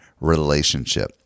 Relationship